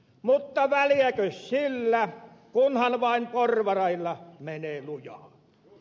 mutta väliäkös sillä kunhan vain porvareilla menee lujaa